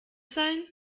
sein